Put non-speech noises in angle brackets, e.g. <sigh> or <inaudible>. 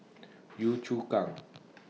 Yio Chu Kang <noise>